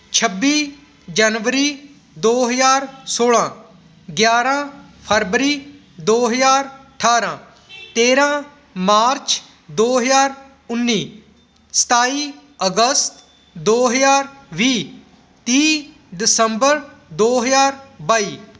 ਛੱਬੀ ਜਨਵਰੀ ਦੋ ਹਜ਼ਾਰ ਸੋਲਾਂ ਗਿਆਰਾਂ ਫਰਵਰੀ ਦੋ ਹਜ਼ਾਰ ਅਠਾਰਾਂ ਤੇਰਾਂ ਮਾਰਚ ਦੋ ਹਜ਼ਾਰ ਉੱਨੀ ਸਤਾਈ ਅਗਸਤ ਦੋ ਹਜ਼ਾਰ ਵੀਹ ਤੀਹ ਦਸੰਬਰ ਦੋ ਹਜ਼ਾਰ ਬਾਈ